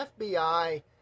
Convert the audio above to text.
FBI